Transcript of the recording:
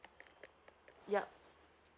yup